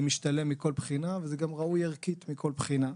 זה משתלם מכל בחינה וזה גם ראוי ערכית מכל בחינה.